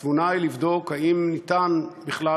התבונה היא לבדוק אם אפשר בכלל,